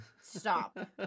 stop